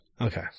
okay